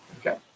Okay